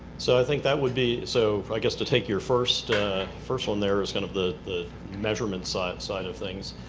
so i think that would be so i guess, to take your first first one there as kind of the the measurement side side of things,